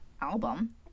album